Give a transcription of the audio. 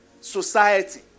society